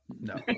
no